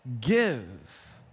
give